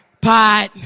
pot